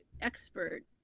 expert